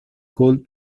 could